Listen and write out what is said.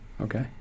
Okay